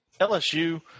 LSU –